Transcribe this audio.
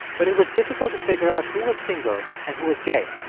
but it was difficult to figure out who was single and who was gay.